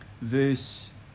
verse